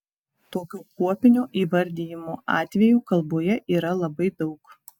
tokio kuopinio įvardijimo atvejų kalboje yra labai daug